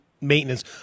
maintenance